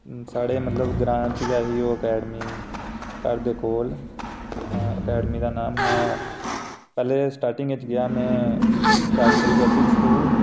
साढ़े मतलब ग्रांऽ च गै ही ओह् अकैडमी घर दे कोल अकैडमी दा नांऽ हा पैह्ले स्टार्टिग च गेआ में शास्त्री पब्लिक स्कूल